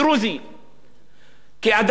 כאדם שבא ממגזר שאכפת לו,